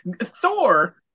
Thor